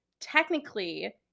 technically